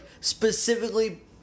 specifically